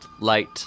light